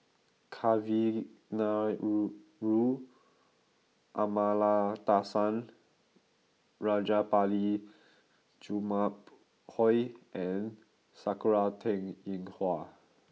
Kavignareru Amallathasan Rajabali Jumabhoy and Sakura Teng Ying Hua